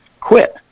quit